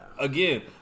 Again